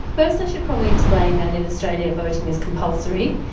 first, i should probably explain, that in australia voting is compulsory,